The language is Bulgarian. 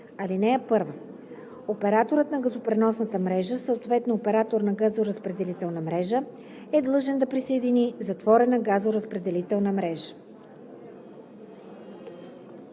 197а. (1) Операторът на газопреносната мрежа, съответно оператор на газоразпределителна мрежа, е длъжен да присъедини затворена газоразпределителна мрежа.